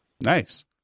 Nice